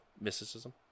mysticism